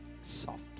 soft